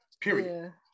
period